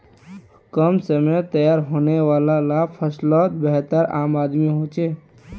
कम समयत तैयार होने वाला ला फस्लोत बेहतर आमदानी होछे